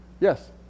yes